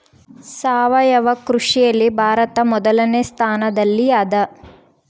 ಸಾವಯವ ಕೃಷಿಯಲ್ಲಿ ಭಾರತ ಮೊದಲನೇ ಸ್ಥಾನದಲ್ಲಿ ಅದ